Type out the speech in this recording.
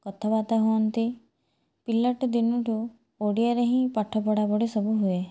କଥାବାର୍ତ୍ତା ହୁଅନ୍ତି ପିଲାଟି ଦିନଠୁ ଓଡ଼ିଆରେ ହିଁ ପାଠ ପଢ଼ାପଢ଼ି ସବୁ ହୁଏ